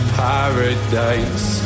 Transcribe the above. paradise